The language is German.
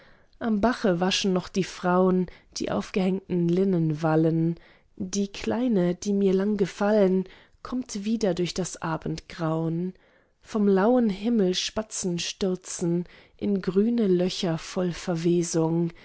am bache waschen noch die frauen die aufgehängten linnen wallen die kleine die mir lang gefallen kommt wieder durch das abendgrauen vom lauen himmel spatzen stürzen in grüne löcher voll verwesung